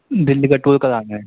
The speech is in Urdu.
دلی کا ٹور کرانا ہے